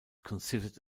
considered